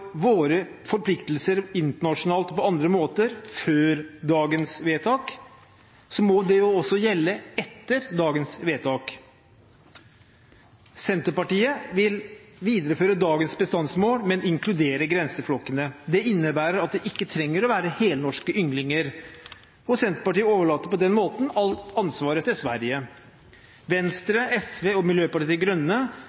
våre forpliktelser, både internasjonalt og på andre måter, før dagens vedtak, må det også gjelde etter dagens vedtak. Senterpartiet vil videreføre dagens bestandsmål, men inkludere grenseflokkene. Det innebærer at det ikke trenger å være helnorske ynglinger, og Senterpartiet overlater på den måten alt ansvaret til Sverige.